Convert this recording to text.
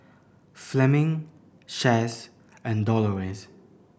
Fleming Chaz and Dolores